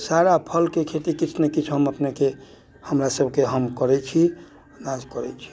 सारा फलके खेती किछु ने किछु हम अपनेकेँ हमरा सभकेँ हम करैत छी अनाज करैत छी